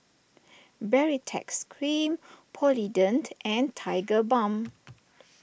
Baritex Cream Polident and Tigerbalm